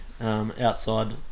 outside